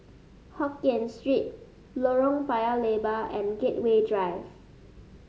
Hokkien Street Lorong Paya Lebar and Gateway Drive